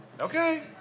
Okay